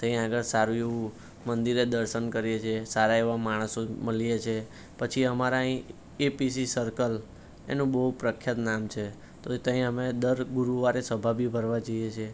ત્યાં આગળ સારું એવું મંદિરે દર્શન કરીએ છે સારા એવા માણસો મળીએ છીએ પછી અમારા અહીં એપીસી સર્કલ એનું બહુ પ્રખ્યાત નામ છે તો ત્યાં અમે દર ગુરુવારે સભા બી ભરવા જઈએ છે